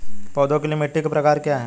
पौधों के लिए मिट्टी के प्रकार क्या हैं?